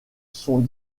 sont